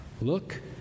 Look